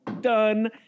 done